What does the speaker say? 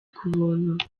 k’ubuntu